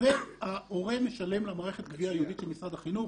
וההורה משלם למערכת גביה יעודית של משרד החינוך,